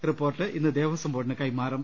report ഇന്ന് ദേവസം ബോർഡിന് കൈമാറും